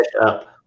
up